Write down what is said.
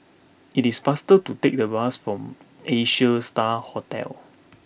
it is faster to take the bus to Asia Star Hotel